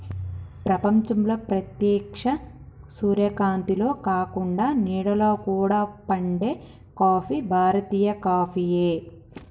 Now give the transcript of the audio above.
ప్రపంచంలో ప్రేత్యక్ష సూర్యకాంతిలో కాకుండ నీడలో కూడా పండే కాఫీ భారతీయ కాఫీయే